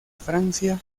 francia